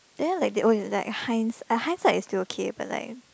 then like they always like Heinz ah Heinz it's still okay but like